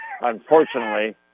unfortunately